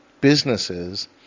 businesses